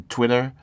Twitter